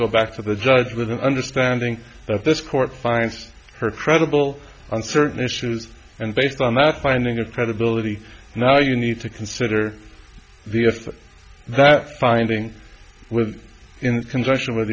go back to the judge with an understanding that this court finds her credible on certain issues and based on that finding of credibility now you need to consider the if that finding with in conjunction with